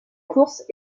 course